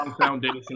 foundation